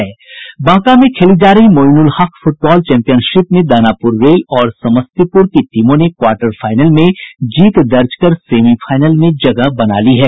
बांका में खेली जा रही मोईनुल हक फुटबॉल चैंपियनशिप में दानापुर रेल और समस्तीपुर की टीमों ने क्वार्टर फाईनल में जीत दर्ज कर सेमीफाईनल में जगह बना ली है